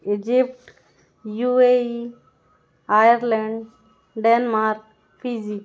Egypt U A E Ireland Denmark Fiji